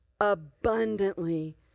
abundantly